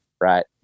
right